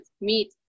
meat